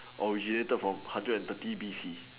or which related from hundred and thirty B_C